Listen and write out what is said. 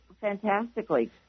fantastically